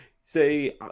Say